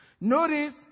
Notice